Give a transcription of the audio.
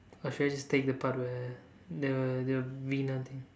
or should I just take the part where the the winner thing